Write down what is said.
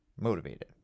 motivated